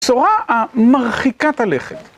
צורה מרחיקת הלכת.